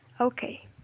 Okay